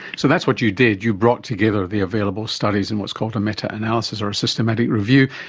so that's what you did, you brought together the available studies in what's called a meta-analysis or a systematic review.